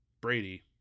Brady